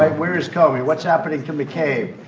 ah where's comey? what's happening to mccabe?